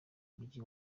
mujyi